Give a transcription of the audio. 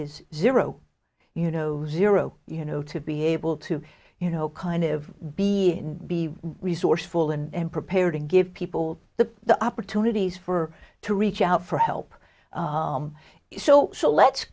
is zero you know zero you know to be able to you know kind of be be resourceful and prepared and give people the the opportunities for to reach out for help so let's